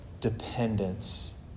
dependence